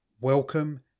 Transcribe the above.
Welcome